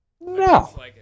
No